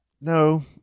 No